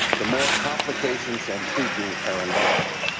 the more complications and tweaking are involved.